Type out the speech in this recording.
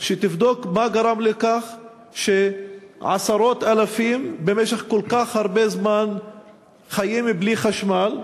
שתבדוק מה גרם לכך שעשרות אלפים במשך כל כך הרבה זמן חיים בלי חשמל.